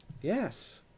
Yes